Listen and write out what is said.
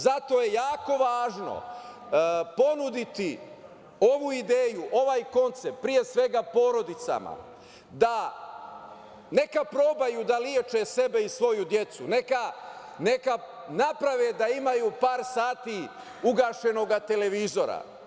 Zato je jako važno ponuditi ovu ideju, ovaj koncept, pre svega porodicama, neka probaju da „leče“ sebe i svoju decu, neka naprave da imaju par sati ugašenog televizora.